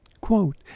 quote